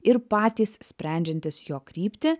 ir patys sprendžiantys jo kryptį